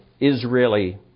Israeli